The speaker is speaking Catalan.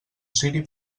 ciri